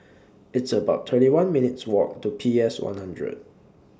It's about thirty one minutes' Walk to P S one hundred